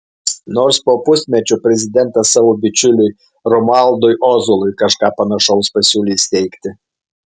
nors po pusmečio prezidentas savo bičiuliui romualdui ozolui kažką panašaus pasiūlė įsteigti